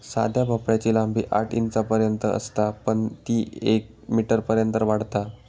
साध्या भोपळ्याची लांबी आठ इंचांपर्यंत असता पण ती येक मीटरपर्यंत वाढता